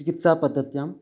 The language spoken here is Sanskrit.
चिकित्सापद्धत्यां